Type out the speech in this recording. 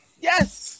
Yes